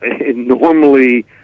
normally